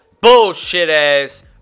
bullshit-ass